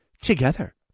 together